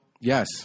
yes